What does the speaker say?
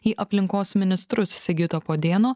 į aplinkos ministrus sigito podėno